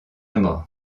mort